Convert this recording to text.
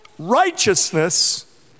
righteousness